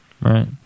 right